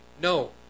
No